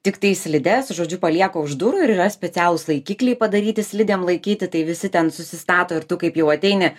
tiktai slides žodžiu palieka už durų ir yra specialūs laikikliai padaryti slidėm laikyti tai visi ten susistato ir tu kaip jau ateini